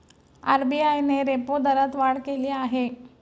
RBI ने repo दरात वाढ केली आहे